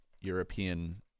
European